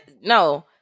No